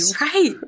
right